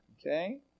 okay